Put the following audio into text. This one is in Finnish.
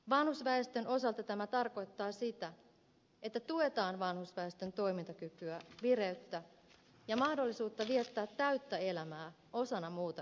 vanhusväestön osalta tämä tarkoittaa sitä että tuetaan vanhusväestön toimintakykyä vireyttä ja mahdollisuutta viettää täyttä elämää osana muuta yhteisöä